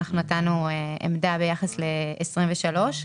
נתנו עמדה ביחס ל-2023.